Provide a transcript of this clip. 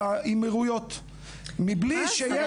באמירויות מבלי שיש --- מה זה?